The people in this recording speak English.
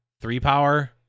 Three-power